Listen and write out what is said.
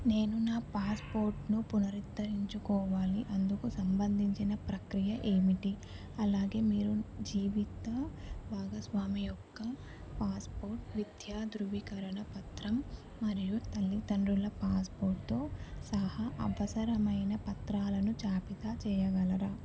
నేను నా పాస్పోర్ట్ను పునరుద్ధరించుకోవాలి అందుకు సంబంధించిన ప్రక్రియ ఏమిటి అలాగే మీరు జీవిత భాగస్వామి యొక్క పాస్పోర్ట్ విద్యా ధృవీకరణ పత్రం మరియు తల్లిదండ్రుల పాస్పోర్ట్తో సహా అవసరమైన పత్రాలను జాబితా చేయగలరా